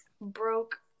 broke